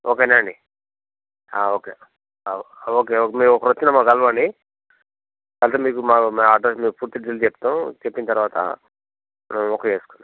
ఓకేనా అండి okay okay మీరు ఒకరు వచ్చిన మమ్మల్ని కలవండి కలిస్తే మీకు మాకు మా అడ్రస్ మీకు పూర్తి డీటెయిల్స్ చెప్తాం చెప్పిన తర్వాత మనం ఓకే చేసుకుందాం